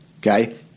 Okay